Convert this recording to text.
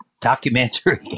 documentary